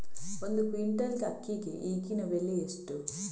ಒಂದು ಕ್ವಿಂಟಾಲ್ ಅಕ್ಕಿಗೆ ಈಗಿನ ಬೆಲೆ ಎಷ್ಟು?